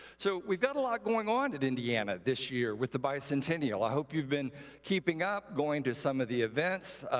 so we've got a lot going on at indiana this year with the bicentennial. i hope you've been keeping up, going to some of the events.